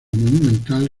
monumental